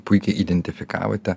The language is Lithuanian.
puikiai identifikavote